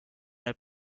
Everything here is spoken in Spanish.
una